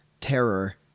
terror